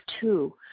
two